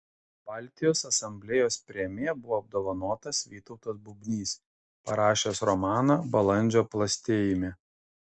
baltijos asamblėjos premija buvo apdovanotas vytautas bubnys parašęs romaną balandžio plastėjime